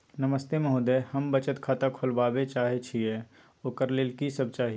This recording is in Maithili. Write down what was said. नमस्ते महोदय, हम बचत खाता खोलवाबै चाहे छिये, ओकर लेल की सब चाही?